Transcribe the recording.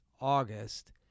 August